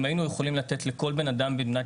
אם היינו יכולים לתת לכל בן-אדם במדינת